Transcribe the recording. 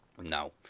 No